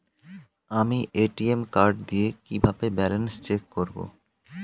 আমি ATM card দিয়ে কিভাবে ব্যালেন্স চেক করব?